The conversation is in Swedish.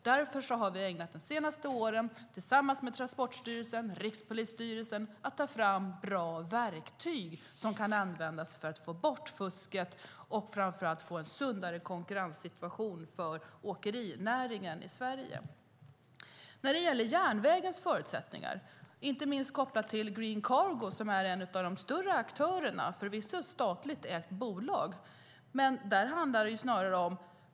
Därför har vi ägnat de senaste åren tillsammans med Transportstyrelsen och Rikspolisstyrelsen åt att ta fram bra verktyg som kan användas för att få bort fusket och, framför allt, få en sundare konkurrenssituation för åkerinäringen i Sverige. Järnvägens förutsättningar, inte minst kopplat till Green Cargo, som är en av de större aktörerna och förvisso ett statligt ägt bolag, handlar snarare om punktlighet.